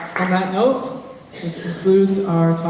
that note, this concludes our